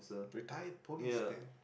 retired policeman